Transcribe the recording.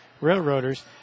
Railroaders